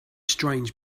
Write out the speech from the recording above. strange